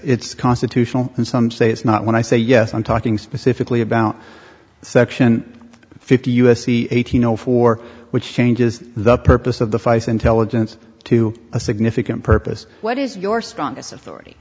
it's constitutional and some say it's not when i say yes i'm talking specifically about section fifty u s c eighteen zero four which changes the purpose of the feis intelligence to a significant purpose what is your strongest authority